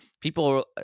people